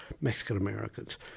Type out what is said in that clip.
Mexican-Americans